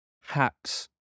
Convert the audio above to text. hacks